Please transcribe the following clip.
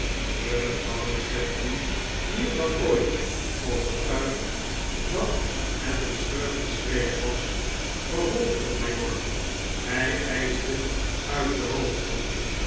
de oude sedley meer clan ooit overtuigd dat het een schurkenstreek was vervolgde den majoor hij eischte uit de hoogte